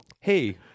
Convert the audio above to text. Hey